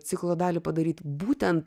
ciklo dalį padaryt būtent